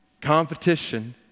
competition